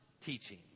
teaching